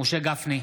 משה גפני,